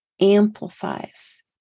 amplifies